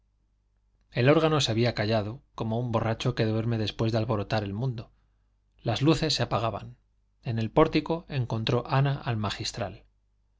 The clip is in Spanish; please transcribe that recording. el órgano se había callado como un borracho que duerme después de alborotar el mundo las luces se apagaban en el pórtico encontró ana al magistral